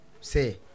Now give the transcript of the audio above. say